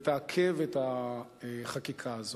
ותעכב את החקיקה הזאת,